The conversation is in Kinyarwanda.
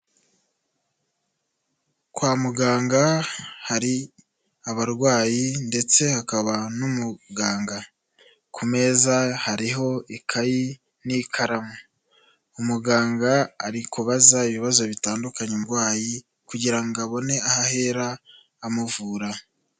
Kwa muganga hari abarwayi ndetse hakaba n'umuganga, ku meza hariho ikayi n'ikaramu, umuganga ari kubaza ibibazo bitandukanye umurwayi kugira ngo abone aho ahera amuvura.